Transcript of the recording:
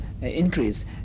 increase